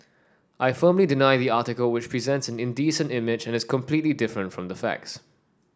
I firmly deny the article which presents an indecent image and is completely different from the facts